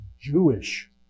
Jewish